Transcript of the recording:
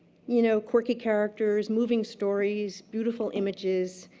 you know quirky characters, moving stories, beautiful images.